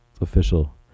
official